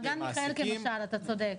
מעגן מיכאל כמשל, אתה צודק.